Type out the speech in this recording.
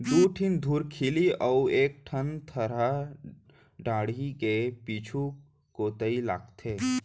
दू ठिन धुरखिली अउ एक ठन थरा डांड़ी के पीछू कोइत लागथे